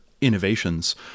innovations